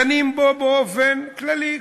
דנים בו באופן כללי.